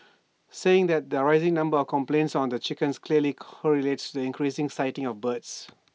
saying that the rising number of complaints on the chickens clearly correlates the increased sighting of birds